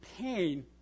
Pain